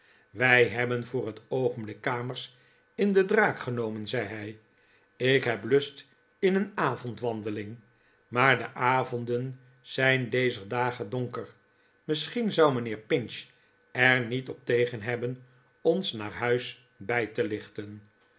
wij hebben voor het oogenblik kamers in de draak genomen zei hij ik heb lust in een avondwandeling maar de avonden zijn dezer dagen donker misschien zou mijnheer pinch er niet op tegen hebben ons naar huis bij te lichten